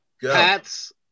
Pats